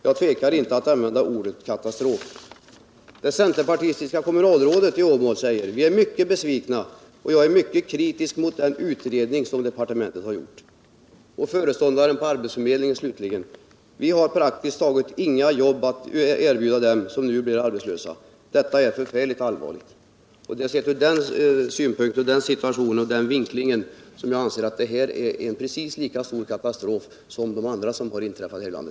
Jag tvekar inte att använda ordet katastrof.” Det centerpartistiska kommunalrådet i Åmål framhåller: ”Vi är mycket besvikna, och jag är mycket kritisk mot den utredning som departementet har gjort.” Föreståndaren för arbetsförmedlingen slutligen säger: ”Vi har praktiskt taget inga jobb att erbjuda dem som nu blir arbetslösa. Detta är förfärligt allvarligt.” Därför anser jag att detta är en precis lika stor katastrof som de andra katastrofer som har inträffat i landet.